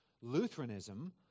Lutheranism